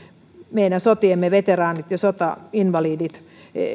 meidän sotiemme veteraanit ja sotainvalidit